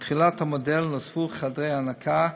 מתחילת המודל נוספו חדרי הנקה,